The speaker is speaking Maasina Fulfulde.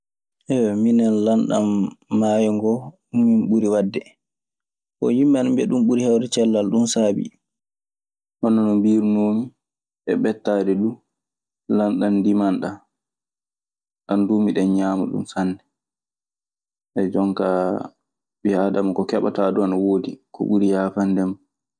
minen lanɗan maayo ngoo, ɗun mi ɓuri waɗde. Bon, yimɓe ana mbiya ɗun ɓuri nheewde cellal, ɗun saabii. Hono no mbiirunoomi e ɓettaade duu, lanɗan ndiman ɗan, ɗan duu miɗen ñaama ɗun sanne. Jon kaa ɓii aadama ko keɓataa du ana woodi, ko ɓuri yaafande ma.